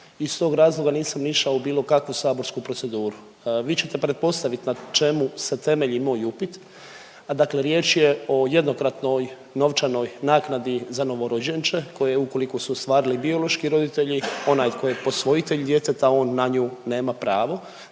iz tog razloga nisam ni išao u bilo kakvu saborsku proceduru. Vi ćete pretpostavit na čemu se temelji moj upit. Dakle riječ je o jednokratnoj novčanoj naknadi za novorođenče, koje ukoliko su ostvarili biološki roditelji, onaj tko je posvojitelj djeteta, on na nju nema pravo.